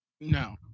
No